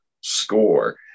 score